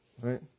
right